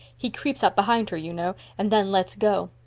he creeps up behind her, you know, and then lets go.